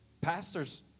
Pastors